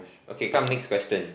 okay come next question